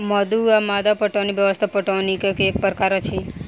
मद्दु वा मद्दा पटौनी व्यवस्था पटौनीक एक प्रकार अछि